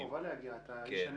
יש לך חובה להגיע, אתה איש הנגב.